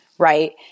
right